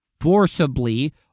forcibly